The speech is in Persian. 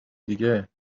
دیگه